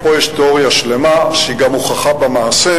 ופה יש תיאוריה שלמה שגם הוכחה במעשה,